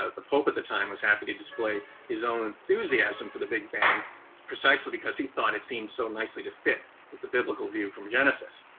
ah the pope at the time, was happy to display his own enthusiasm for the big bang precisely because he thought it seemed so nicely to fit with the biblical view from genesis.